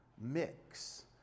mix